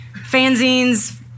fanzines